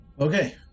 Okay